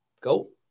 Go